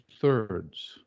thirds